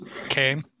okay